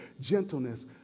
gentleness